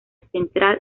central